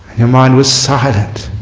your mind was silent